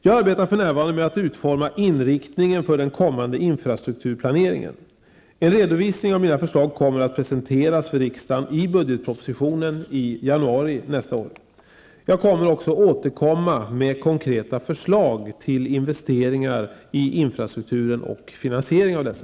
Jag arbetar för närvarande med att utforma inriktningen för den kommande infrastrukturplaneringen. En redovisning av mina förslag kommer att presenteras för riksdagen i budgetpropositionen i januari nästa år. Jag kommer också att återkomma med konkreta förslag till investeringar i infrastrukturen och finansiering av dessa.